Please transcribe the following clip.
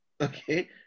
Okay